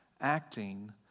acting